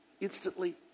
instantly